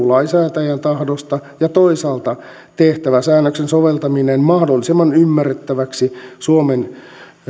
lainsäätäjän tahdosta ja toisaalta tehtävä säännöksen soveltaminen mahdollisimman ymmärrettäväksi suomen